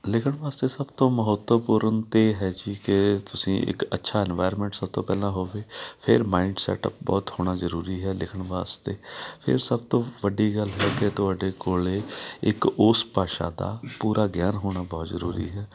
ਲਿਖਣ ਵਾਸਤੇ ਸਭ ਤੋਂ ਮਹੱਤਵਪੂਰਨ ਤਾਂ ਹੈ ਜੀ ਕਿ ਤੁਸੀਂ ਇੱਕ ਅੱਛਾ ਇਨਵਾਇਰਮੈਂਟ ਸਭ ਤੋਂ ਪਹਿਲਾਂ ਹੋਵੇ ਫਿਰ ਮਾਇੰਡ ਸੈਟ ਬਹੁਤ ਹੋਣਾ ਜ਼ਰੂਰੀ ਹੈ ਲਿਖਣ ਵਾਸਤੇ ਫਿਰ ਸਭ ਤੋਂ ਵੱਡੀ ਗੱਲ ਹੈ ਕਿ ਤੁਹਾਡੇ ਕੋਲ ਇੱਕ ਉਸ ਭਾਸ਼ਾ ਦਾ ਪੂਰਾ ਗਿਆਨ ਹੋਣਾ ਬਹੁਤ ਜ਼ਰੂਰੀ ਹੈ